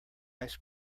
ice